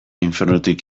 infernutik